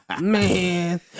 Man